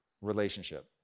relationship